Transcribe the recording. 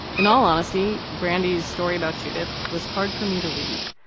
in all honesty, brandi's story about judyth was hard for me to read.